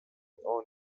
honor